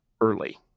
early